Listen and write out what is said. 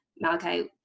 Malachi